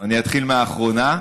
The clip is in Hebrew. אני אתחיל מהאחרונה.